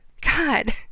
God